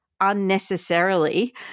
unnecessarily